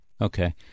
Okay